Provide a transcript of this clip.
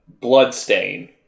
Bloodstain